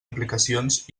aplicacions